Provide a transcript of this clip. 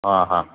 हां हां